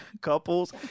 couples